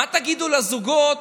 מה תגידו לזוגות